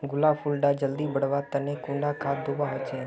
गुलाब फुल डा जल्दी बढ़वा तने कुंडा खाद दूवा होछै?